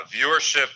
viewership